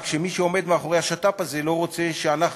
רק שמי שעומד מאחורי השת"פ הזה לא רוצה שאנחנו,